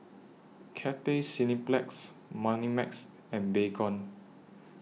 Cathay Cineplex Moneymax and Baygon